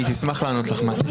היא תשמח לענות לך, מטי.